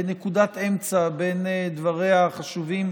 בנקודת אמצע, בין דבריה החשובים